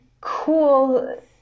cool